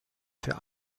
für